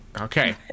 Okay